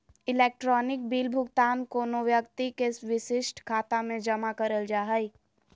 electronic bill भुगतान कोनो व्यक्ति के विशिष्ट खाता में जमा करल जा हइ